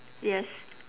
yes